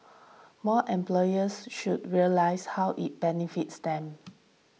more employers should realise how it benefits them